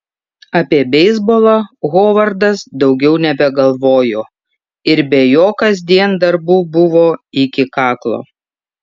apie beisbolą hovardas daugiau nebegalvojo ir be jo kasdien darbų buvo iki kaklo